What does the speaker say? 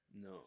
No